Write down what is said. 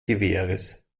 gewehres